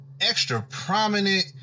extra-prominent